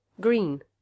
Green